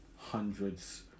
hundreds